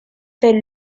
del